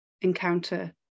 encounter